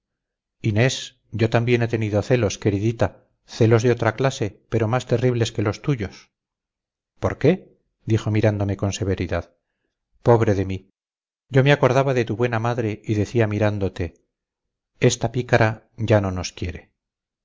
inés yo también he tenido celos queridita celos de otra clase pero más terribles que los tuyos por qué dijo mirándome con severidad pobre de mí yo me acordaba de tu buena madre y decía mirándote esta pícara ya no nos quiere